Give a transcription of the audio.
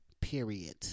period